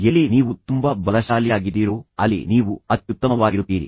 ಎಲ್ಲಿ ನೀವು ತುಂಬಾ ಬಲಶಾಲಿಯಾಗಿದ್ದೀರೋ ಅಲ್ಲಿ ನೀವು ಅತ್ಯುತ್ತಮವಾಗಿರುತ್ತೀರಿ